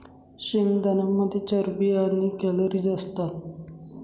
शेंगदाण्यांमध्ये चरबी आणि कॅलरीज असतात